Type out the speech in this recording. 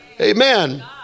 Amen